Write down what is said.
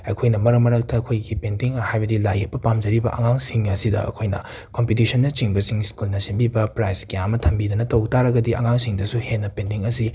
ꯑꯩꯈꯣꯏꯅ ꯃꯔꯛ ꯃꯔꯛꯇ ꯑꯩꯈꯣꯏꯒꯤ ꯄꯦꯟꯇꯤꯡ ꯍꯥꯏꯕꯗꯤ ꯂꯥꯏ ꯌꯦꯛꯄ ꯄꯥꯝꯖꯔꯤꯕ ꯑꯉꯥꯡꯁꯤꯡ ꯑꯁꯤꯗ ꯑꯩꯈꯣꯏꯅ ꯀꯝꯄꯤꯇꯤꯁꯟꯅꯆꯤꯡꯕꯁꯤꯡ ꯁ꯭ꯀꯨꯜꯅ ꯁꯤꯟꯕꯤꯕ ꯄ꯭ꯔꯥꯏꯁ ꯀꯌꯥ ꯑꯃ ꯊꯝꯕꯤꯗꯅ ꯇꯧ ꯇꯥꯔꯒꯗꯤ ꯑꯉꯥꯡꯁꯤꯡꯗꯁꯨ ꯍꯦꯟꯅ ꯄꯦꯟꯇꯤꯡ ꯑꯁꯤ